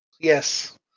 yes